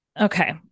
Okay